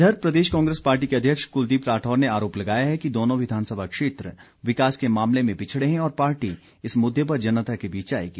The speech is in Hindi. इधर प्रदेश कांग्रेस पार्टी के अध्यक्ष कुलदीप राठौर ने आरोप लगाया कि दोनों विधानसभा क्षेत्र विकास के मामले में पिछड़े हैं और पार्टी इस मुद्दे पर जनता के बीच जाएगी